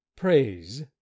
Praise